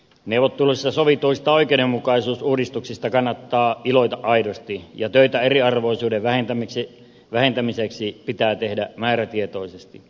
neuvotteluissa sovituista oikeudenmukaisuusuudistuksista kannattaa iloita aidosti ja töitä eriarvoisuuden vähentämiseksi pitää tehdä määrätietoisesti